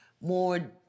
more